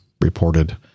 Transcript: reported